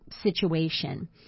situation